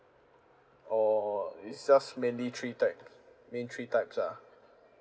oh it's just mainly three type main three types ah